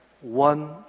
one